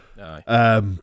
aye